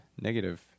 negative